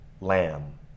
Lamb